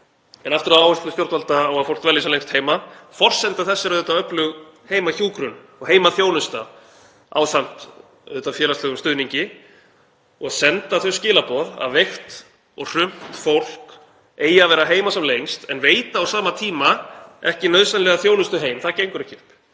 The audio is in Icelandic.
En aftur að áherslu stjórnvalda á að fólk dvelji sem lengst heima. Forsenda þess er auðvitað öflug heimahjúkrun og heimaþjónusta ásamt félagslegum stuðningi. Að senda þau skilaboð að veikt og hrumt fólk eigi að vera heima sem lengst en veita á sama tíma ekki nauðsynlega þjónustu heim — það gengur ekki upp.